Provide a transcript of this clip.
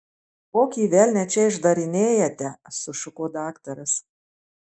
kokį velnią čia išdarinėjate sušuko daktaras